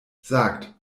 sagt